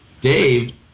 Dave